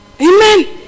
Amen